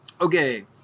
Okay